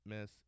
miss